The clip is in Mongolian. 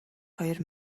хоёр